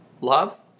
Love